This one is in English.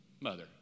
Mother